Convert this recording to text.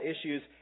issues